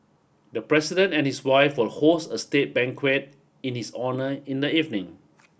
the president and his wife will host a state banquet in his honour in the evening